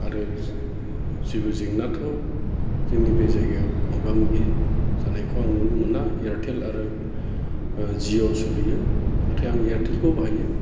आरो जेबो जेंनाथ' जोंनि बे जायगायाव मोगा मोगि जानायखौ आं नुनो मोना एरटेल आरो जिअ सोलियो नाथाय आं एरटेलखौ बाहायो